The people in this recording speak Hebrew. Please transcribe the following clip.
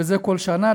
וזה כל שנה.